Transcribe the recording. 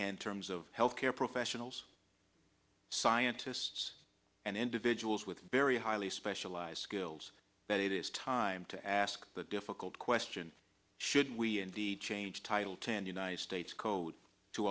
in terms of health care professionals scientists and individuals with very highly specialized skills that it is time to ask the difficult question should we indeed change title ten united states code to